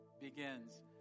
begins